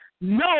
no